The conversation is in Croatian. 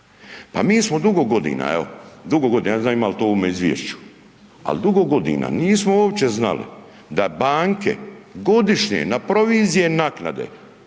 evo dugo godina, ne znam ima li to u ovome izvješću, al dugo godina nismo uopće znali da banke godišnje na provizije i naknade